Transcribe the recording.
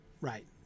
right